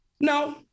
no